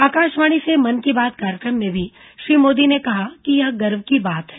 आकाशवाणी से मन की बात कार्यक्रम में श्री मोदी ने कहा कि यह गर्व की बात है